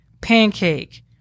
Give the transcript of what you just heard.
pancake